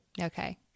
Okay